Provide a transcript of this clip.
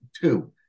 two